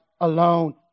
alone